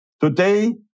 Today